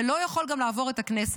זה לא יכול גם לעבור את הכנסת,